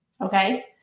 Okay